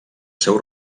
seu